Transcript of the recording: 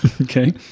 okay